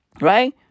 right